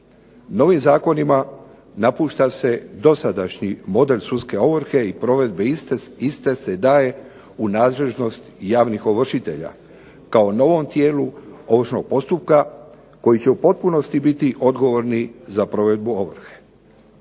Novim zakonima napušta se dosadašnji model sudske ovrhe i provedbe iste se daje u nadležnost javnih ovršitelja kao novom tijelu ovršnog postupka koji će u potpunosti biti odgovorni za provedbu ovrhe.